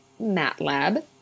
MATLAB